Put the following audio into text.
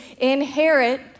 inherit